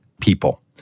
people